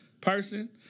person